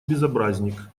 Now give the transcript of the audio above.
безобразник